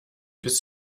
bis